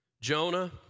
Jonah